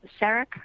Sarek